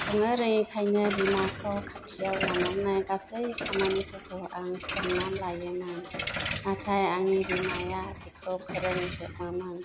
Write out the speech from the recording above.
संनो रोङैखायनो बिमाखौ खाथिआव लानानै गासै खामानिफोरखौ आं सोंना लायोमोन नाथाय आंनि बिमाया बेखौ फोरोंजोबोमोन